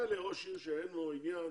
מילא ראש עיר שאין לו עניין